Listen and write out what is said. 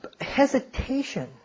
hesitation